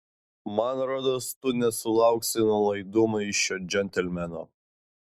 man rodos tu nesulauksi nuolaidumo iš šio džentelmeno